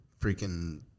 freaking